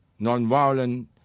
nonviolent